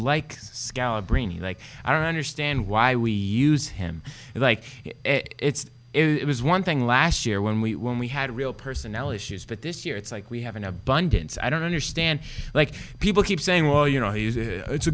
scalabrine like i don't understand why we use him like it was one thing last year when we when we had real personnel issues but this year it's like we have an abundance i don't understand like people keep saying well you know it's a